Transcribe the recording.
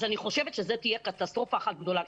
אני חושבת שזאת תהיה קטסטרופה אחת גדולה.